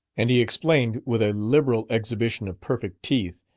and he explained, with a liberal exhibition of perfect teeth,